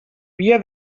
via